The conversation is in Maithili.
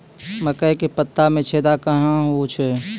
मकई के पत्ता मे छेदा कहना हु छ?